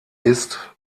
ist